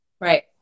right